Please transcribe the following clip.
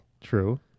True